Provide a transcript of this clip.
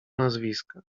nazwiska